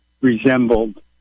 resembled